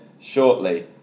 shortly